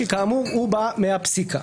שכאמור הוא בא מהפסיקה.